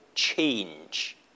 Change